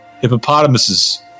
hippopotamuses